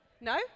No